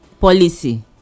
policy